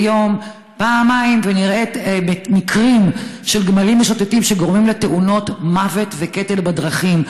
יום מקרים של גמלים משוטטים שגורמים לתאונות מוות וקטל בדרכים.